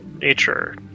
Nature